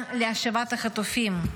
עסקה להשבת החטופים.